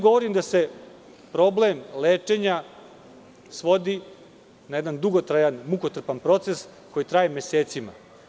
Govorim vam da se problem lečenja svodi na jedan dugotrajan, mukotrpan proces koji traje mesecima.